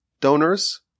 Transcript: Donors